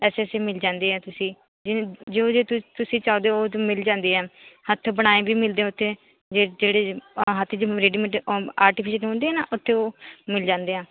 ਅੱਛੀ ਅੱਛੀ ਮਿਲ ਜਾਂਦੀ ਹੈ ਤੁਸੀਂ ਜਿਵੇਂ ਜੋ ਤੁਸੀਂ ਚਾਹੁੰਦੇ ਹੋ ਉਦੋਂ ਮਿਲ ਜਾਂਦੀ ਹੈ ਹੱਥ ਬਣਾਏ ਵੀ ਮਿਲਦੇ ਉੱਥੇ ਜਿ ਜਿਹੜੇ ਹੱਥ 'ਚ ਰੇਡੀਮੇਟ ਆ ਆਰਟੀਫਿਸ਼ਲ ਹੁੰਦੇ ਆ ਨਾ ਉੱਥੋਂ ਮਿਲ ਜਾਂਦੇ ਆ